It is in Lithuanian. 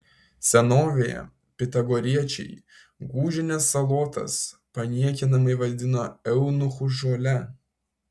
senovėje pitagoriečiai gūžines salotas paniekinamai vadino eunuchų žole